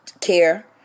care